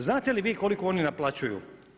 Znate li vi koliko oni naplaćuju?